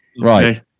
Right